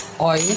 Oil